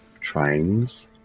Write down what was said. trains